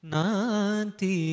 Nanti